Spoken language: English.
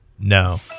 No